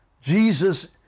Jesus